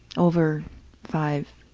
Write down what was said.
over five,